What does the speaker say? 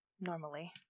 normally